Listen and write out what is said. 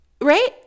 Right